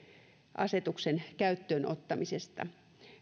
asetuksen käyttöönottamisesta